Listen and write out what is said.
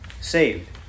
saved